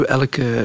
elke